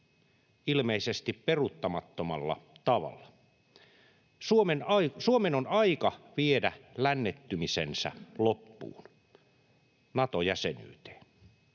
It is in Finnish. ilmeisesti peruuttamattomalla tavalla. Suomen on aika viedä lännettymisensä loppuun, Nato-jäsenyyteen.